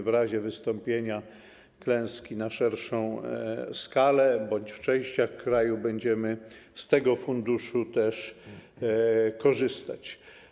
W razie wystąpienia klęski na szerszą skalę bądź w częściach kraju będziemy z tego funduszu korzystać.